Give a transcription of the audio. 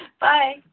Bye